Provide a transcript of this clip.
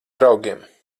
draugiem